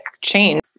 change